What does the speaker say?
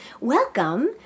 Welcome